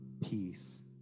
peace